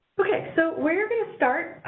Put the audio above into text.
okay. so, we're going to start